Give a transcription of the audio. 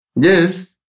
Yes